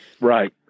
Right